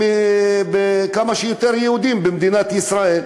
וכמה שיותר יהודים במדינת ישראל,